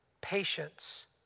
patience